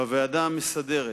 בוועדה המסדרת,